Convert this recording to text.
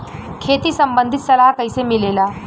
खेती संबंधित सलाह कैसे मिलेला?